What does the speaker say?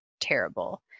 terrible